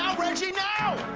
um reggie, now!